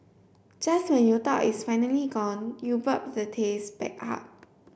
just when you thought it's finally gone you burp the taste back up